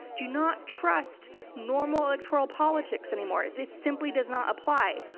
do not trust normal electoral politics anymore. it it simply does not apply.